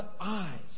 eyes